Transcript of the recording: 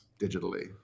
digitally